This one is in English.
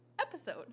episode